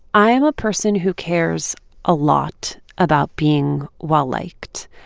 i am a person who cares a lot about being well-liked.